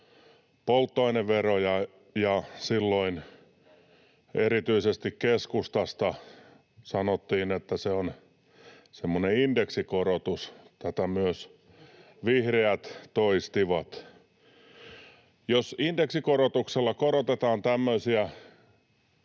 polttoaineveroja, ja silloin erityisesti keskustasta sanottiin, että se on semmoinen indeksikorotus. Tätä myös vihreät toistivat. Jos indeksikorotuksella korotetaan tämmöisiä